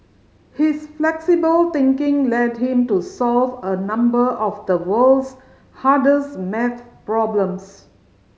his flexible thinking led him to solve a number of the world's hardest maths problems